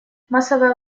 массовое